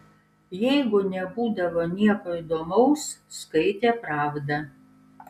jeigu nebūdavo nieko įdomaus skaitė pravdą